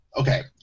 Okay